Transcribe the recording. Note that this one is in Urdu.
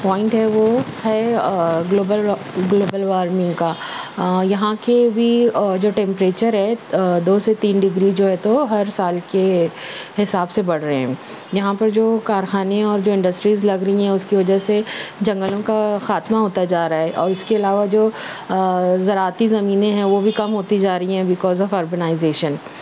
پوائنٹ ہے وہ ہے گلوبل گلوبل وارمنگ کا یہاں کے بھی جو ٹمپریچر ہے دو سے تین ڈگری جو ہے تو ہر سال کے حساب سے بڑھ رہے ہیں یہاں پہ جو کارخانے اور جو انڈسٹریز لگ رہی ہیں اس کی وجہ سے جنگلوں کا خاتمہ ہوتا جا رہا ہے اور اس کے علاوہ جو زراعتی زمینں ہیں وہ بھی کم ہوتی جا رہی ہیں بیکوز آف آرگنائزیشن